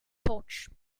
potch